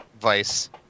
Vice